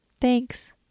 Thanks